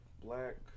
Black